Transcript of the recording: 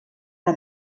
una